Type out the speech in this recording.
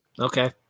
okay